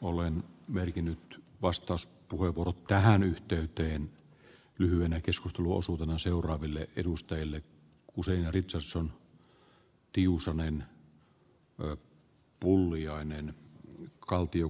olen merkinnyt vastaus kuivunut tähän yhteyteen lyheneekös kluosuutena seuraaville edustajille kuusen ritsos on se määräävin ja niinhän sen olisi